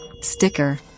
sticker